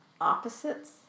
opposites